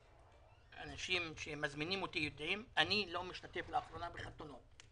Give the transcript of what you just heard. אנשים שמזמינים אותי יודעים: אני לא משתתף לאחרונה בחתונות.